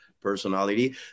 personality